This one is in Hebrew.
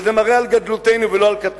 וזה מראה על גדלותנו, לא על קטנותנו.